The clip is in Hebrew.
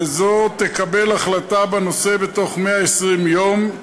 וזו תקבל החלטה בנושא בתוך 120 יום,